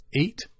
eight